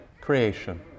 creation